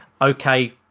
okay